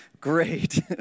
Great